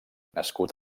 nascut